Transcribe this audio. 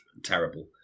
Terrible